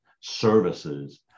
services